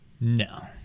no